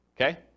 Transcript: okay